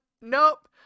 Nope